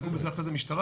יגעו בזה אחר כך המשטרה,